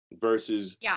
versus